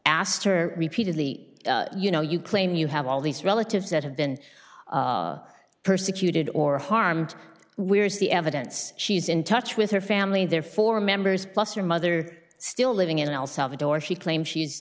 asked her repeatedly you know you claim you have all these relatives that have been persecuted or harmed where's the evidence she's in touch with her family therefore members plus your mother still living in el salvador she claim